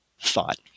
thought